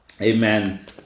Amen